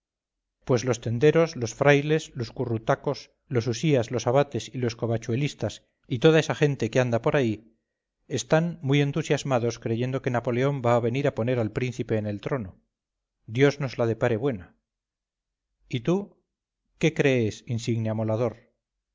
pues los tenderos los frailes los currutacos los usías los abates y los covachuelistas y toda esa gente que anda por ahí están muy entusiasmados creyendo que napoleón va a venir a poner al príncipe en el trono dios nos la depare buena y tú qué crees insigne amolador